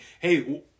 hey